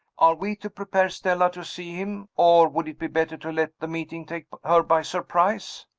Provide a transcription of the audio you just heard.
are we to prepare stella to see him? or would it be better to let the meeting take her by surprise?